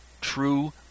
true